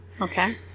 Okay